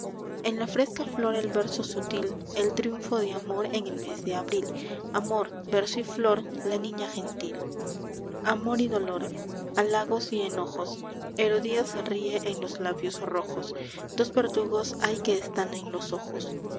en la fresca flor el verso sutil el triunfo de amor en el mes de abril amor verso y flor la niña gentil amor y dolor halagos y enojos herodías ríe en los labios rojos dos verdugos hay que están en los ojos